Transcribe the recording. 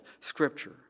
scripture